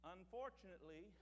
Unfortunately